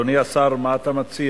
אדוני השר, מה אתה מציע?